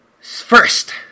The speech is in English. First